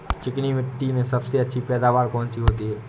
चिकनी मिट्टी में सबसे अच्छी पैदावार कौन सी होती हैं?